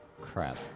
Crap